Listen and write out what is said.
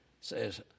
says